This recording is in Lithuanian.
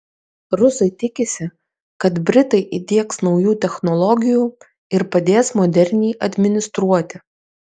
rusai tikisi kad britai įdiegs naujų technologijų ir padės moderniai administruoti